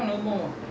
last time